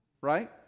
right